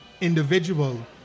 individual